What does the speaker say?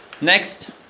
Next